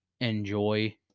enjoy